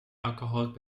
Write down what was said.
alcoholic